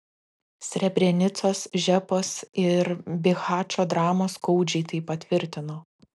srebrenicos žepos ir bihačo dramos skaudžiai tai patvirtino